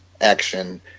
action